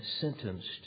sentenced